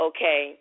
Okay